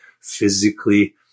physically